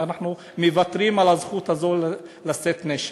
אנחנו מוותרים על הזכות הזו לשאת נשק.